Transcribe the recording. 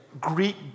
Greek